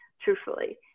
truthfully